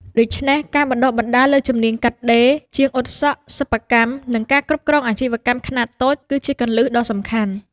ដូច្នេះ ការបណ្តុះបណ្តាលលើជំនាញកាត់ដេរ ជាងអ៊ុតសក់ សិប្បកម្ម និងការគ្រប់គ្រងអាជីវកម្មខ្នាតតូច គឺជាគន្លឹះដ៏សំខាន់។